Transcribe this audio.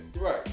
right